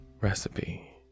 recipe